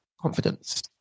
confidence